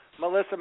Melissa